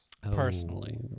personally